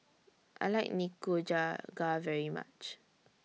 I like Nikujaga very much